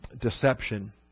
deception